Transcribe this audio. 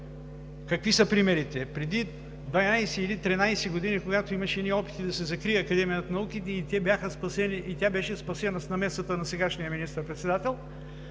Какви са примерите? Преди 12 или 13 години, когато имаше едни опити да се закрие Академията на науките и тя беше спасена с намесата на сегашния министър-председател,